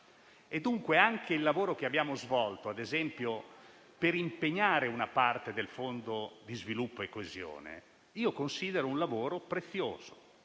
dunque anche il lavoro che abbiamo svolto, ad esempio per impegnare una parte del Fondo per lo sviluppo e la coesione, lo considero prezioso,